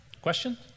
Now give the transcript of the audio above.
Question